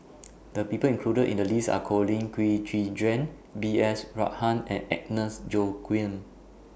The People included in The list Are Colin Qi Zhe Quan B S Rajhans and Agnes Joaquim